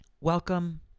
welcome